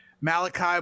Malachi